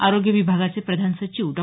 आरोग्य विभागाचे प्रधान सचिव डॉ